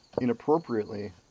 inappropriately